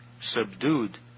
subdued